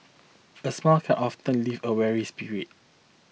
a smile can often lift a weary spirit